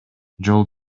жол